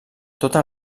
tota